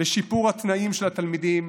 לשיפור התנאים של התלמידים